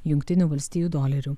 jungtinių valstijų dolerių